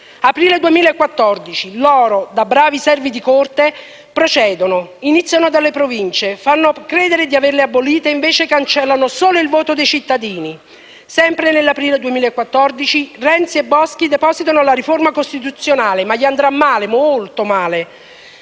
Aprile 2014: loro, da bravi servi di corte, procedono, iniziano dalle Province: fanno credere di averle abolite e invece cancellano solo il voto dei cittadini. Sempre nell'aprile 2014 Renzi e Boschi depositano la riforma costituzionale, ma gli andrà male, molto male.